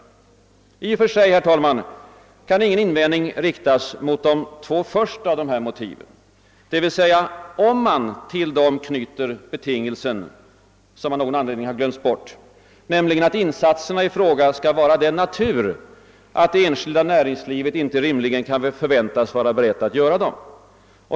I och för sig kan ingen invändning riktas mot de två första av dessa motiv, d.v.s. om man till dem knyter den betingelsen, som av någon anledning glömts bort, att insatserna i fråga skall vara av den natur att det enskilda näringslivet inte rimligen kan förväntas vara berett att göra dem.